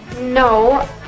No